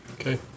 Okay